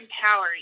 empowering